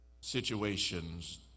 Situations